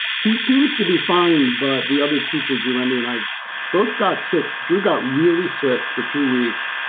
he seems to be fine. but the other teacher, drew endy and i both got sick. drew got really sick for two weeks.